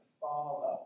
father